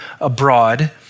abroad